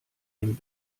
dem